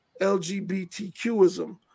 LGBTQism